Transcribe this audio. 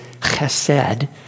chesed